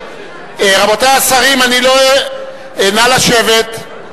רבותי השרים נא לשבת,